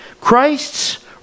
Christ's